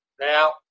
Now